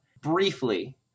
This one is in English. briefly